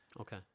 Okay